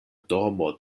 domo